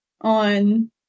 on